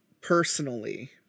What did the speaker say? personally